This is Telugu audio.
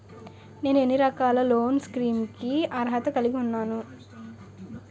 నేను ఎన్ని రకాల లోన్ స్కీమ్స్ కి అర్హత కలిగి ఉన్నాను?